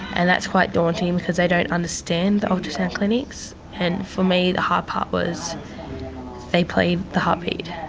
and that's quite daunting because they don't understand, the ultrasound clinics. and for me the hard part was they played the heartbeat.